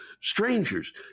strangers